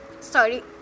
sorry